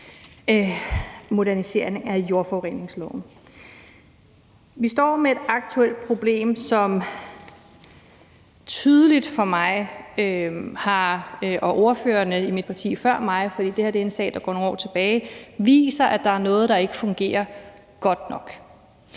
Vi står med et aktuelt problem, som tydeligt for mig – og ordførerne i mit parti før mig, for det her er en sag, der går nogle år tilbage – viser, at der er noget, der ikke fungerer godt nok.